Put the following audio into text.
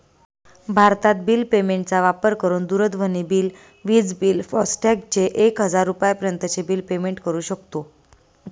भारतत bill payment चा वापर करून दूरध्वनी बिल, विज बिल, फास्टॅग चे एक हजार रुपयापर्यंत चे बिल पेमेंट करू शकतो